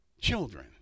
children